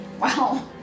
Wow